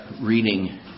reading